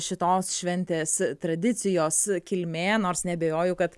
šitos šventės tradicijos kilmė nors neabejoju kad